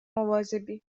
مواظبی